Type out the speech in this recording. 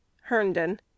Herndon